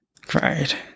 Great